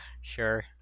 Sure